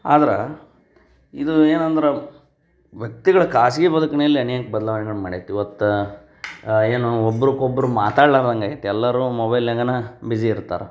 ಆದ್ರೆ ಇದು ಏನಂದ್ರೆ ವ್ಯಕ್ತಿಗಳ ಖಾಸಗಿ ಬದುಕ್ನಲ್ಲಿ ಅನೇಕ ಬದ್ಲಾವಣೆಗಳು ಮಾಡೈತೆ ಇವತ್ತು ಏನು ಒಬ್ರುಗ್ ಒಬ್ಬರು ಮಾತಾಡ್ಲಾರ್ದಂಗೆ ಆಗೈತಿ ಎಲ್ಲರೂ ಮೊಬೈಲ್ನಾಗನ ಬಿಸಿ ಇರ್ತಾರೆ